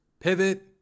pivot